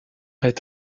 est